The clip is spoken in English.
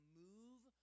move